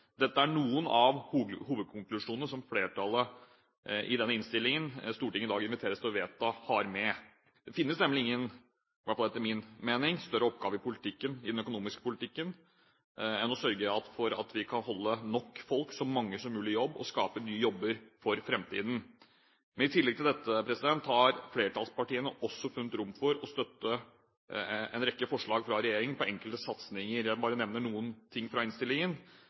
Dette er noen av hovedkonklusjonene som flertallet har med i denne innstillingen som Stortinget inviteres i dag til å vedta. Det finnes nemlig ingen, i hvert fall etter min mening, større oppgave i den økonomiske politikken enn å sørge for at vi kan holde nok folk – så mange som mulig – i jobb og skape nye jobber for framtiden. Men i tillegg til dette har flertallspartiene også funnet rom for å støtte en rekke forslag fra regjeringen på enkelte satsinger. Jeg vil bare nevne noen ting fra innstillingen: